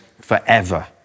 forever